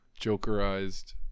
Jokerized